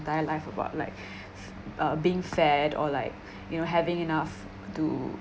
my life about like uh being fed or like you know having enough to